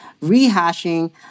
rehashing